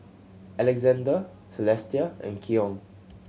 Alexander Celestia and Keion